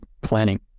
planning